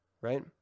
right